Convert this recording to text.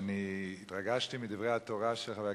מעלה את המהירות ל-160